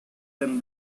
them